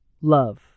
love